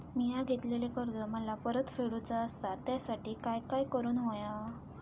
मिया घेतलेले कर्ज मला परत फेडूचा असा त्यासाठी काय काय करून होया?